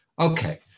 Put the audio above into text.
Okay